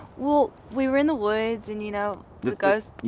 well, we were in the woods and you know look guys